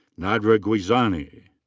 nadra guizani.